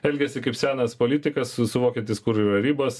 elgėsi kaip senas politikas su suvokiantis kur yra ribos